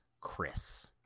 Chris